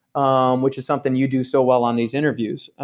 um which is something you do so well on these interviews.